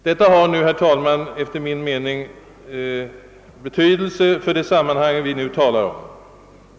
Detta har, herr talman, enligt min mening stor betydelse för det sammanhang vi nu talar om.